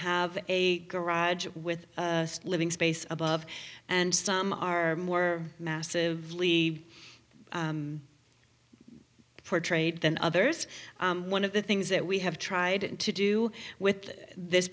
have a garage with living space above and some are more massive lee portrayed than others one of the things that we have tried to do with this